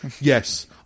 Yes